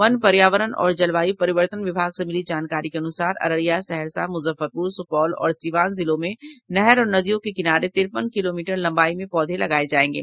one पर्यावरण और जलवायु परिवर्तन विभाग से मिली जानकारी के अनुसार अररिया सहरसा मुजफ्फरपुर सुपौल और सिवान जिलों में नहर और नदियों के किनारे तिरपन किलोमीटर लंबाई में पौधे लगाये जायेंगे